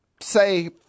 say